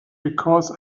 because